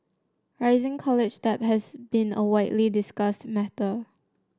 rising college debt has been a widely discussed matter